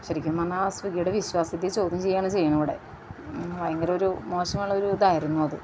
ശരിക്കും പറഞ്ഞാൽ സ്വിഗ്ഗിയുടെ വിശ്വാസ്യതയെ ചോദ്യം ചെയ്യുകയാണ് ചെയ്യുന്നതിവിടെ ഭയങ്കര ഒരു മോശമുള്ളൊരു ഇതായിരുന്നു അത്